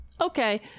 okay